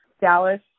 dallas